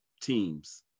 teams